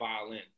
violin